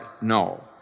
No